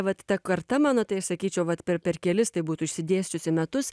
vat ta karta mano tai aš sakyčiau vat per per kelis tai būtų išsidėsčiusi metus